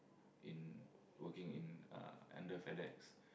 in working in uh under Fedex